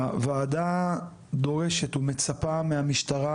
הוועדה דורשת ומצפה מהמשטרה,